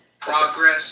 progress